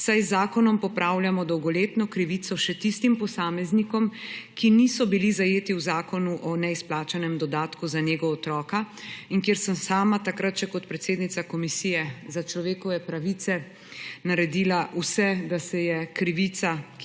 saj z zakonom popravljamo dolgoletno krivico še tistim posameznikom, ki niso bili zajeti v Zakonu o izplačilu neizplačanega dodatka za nego otroka, kjer sem sama takrat še kot predsednica komisije za človekove pravice naredila vse, da se je krivica,